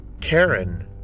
Karen